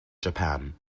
japan